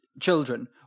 children